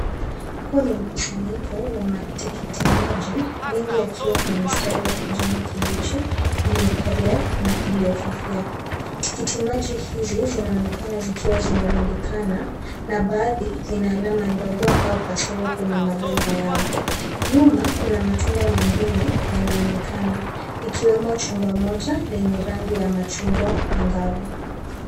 Huu ni mkusanyiko wa matikiti maji, mengi yakiwa na mistari ya kijani kibichi iliyokolea na iliyofifia. Tikiti maji hizi zinaonekana zikiwa zimerundikana na baadhi zina alama ndogo au kasoro kwenye maganda yao. Nyuma kuna matunda mengine yanayoonekana, ikiwemo chungwa moja lenye rangi ya machungwa angavu.